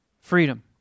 Freedom